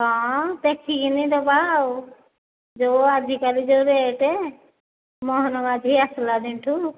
ହଁ ଦେଖିକିନି ଦେବା ଆଉ ଯେଉଁ ଆଜିକାଲି ଯେଉଁ ରେଟ୍ ମୋହନ ମାଝି ଆସିଲା ଦିନଠୁ